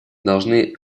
должны